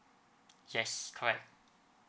yes correct